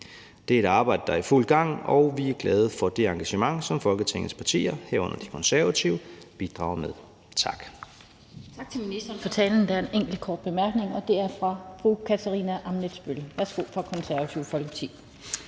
Det er et arbejde, der er i fuld gang, og vi er glade for det engagement, som Folketingets partier, herunder De Konservative, bidrager med. Tak.